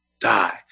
die